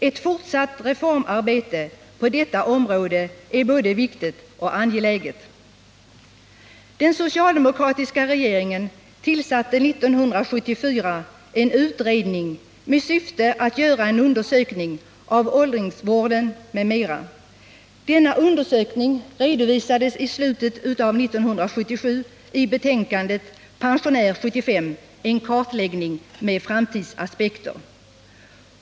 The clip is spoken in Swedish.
Ett fortsatt reformarbete på detta område är både viktigt och angeläget. Den socialdemokratiska regeringen tillsatte 1974 en utredning med syfte att göra en undersökning av åldringsvården m.m. Denna undersökning redovisades i slutet av 1977 i betänkandet Pensionär ”75,en kartläggning med framtidsaspekter .